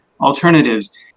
alternatives